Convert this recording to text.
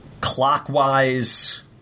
clockwise